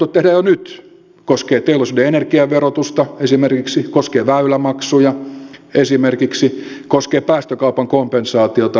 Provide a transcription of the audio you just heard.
se koskee esimerkiksi teollisuuden energiaverotusta se koskee esimerkiksi väylämaksuja se koskee esimerkiksi päästökaupan kompensaatiota